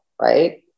Right